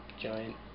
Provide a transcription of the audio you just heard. giant